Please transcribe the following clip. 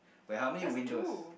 wait how many windows